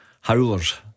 howlers